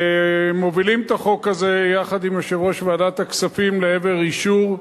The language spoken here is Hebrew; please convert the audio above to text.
מובילים את החוק הזה יחד עם יושב-ראש ועדת הכספים לעבר אישור.